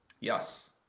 Yes